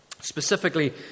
specifically